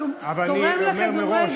אבל הוא תורם לכדורגל 20 דקות,